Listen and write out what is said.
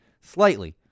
slightly